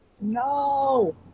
No